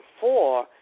four